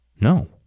No